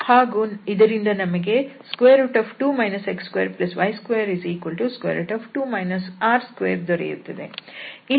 ಹಾಗೂ ಇದರಿಂದ ನಮಗೆ 2 x2y22 r2ದೊರೆಯುತ್ತದೆ